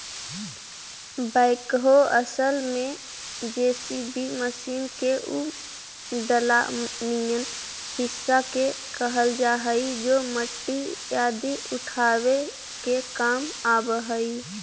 backhoe असल में JCB machine के उ डला निअन हिस्सा के कहल जा हई जे मट्टी आदि उठावे के काम आवऽ हई